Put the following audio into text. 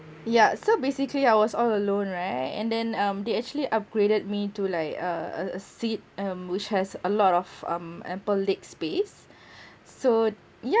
yeah so basically I was all alone right and then um they actually upgraded me to like uh a a seat um which has a lot of um ample leg space so yup